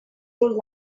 not